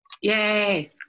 Yay